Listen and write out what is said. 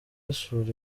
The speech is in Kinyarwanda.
asura